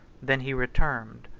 than he returned,